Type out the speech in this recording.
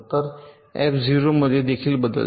तर एफ 0 मध्ये देखील बदलते